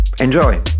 Enjoy